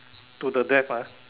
to the death ah